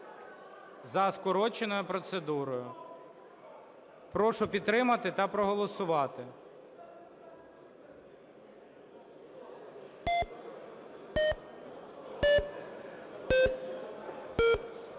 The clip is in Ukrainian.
за скороченою процедурою. Прошу підтримати та проголосувати.